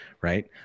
Right